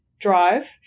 drive